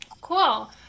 Cool